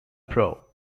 pro